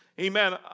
Amen